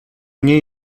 nie